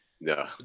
No